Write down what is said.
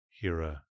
Hira